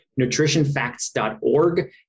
nutritionfacts.org